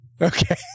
Okay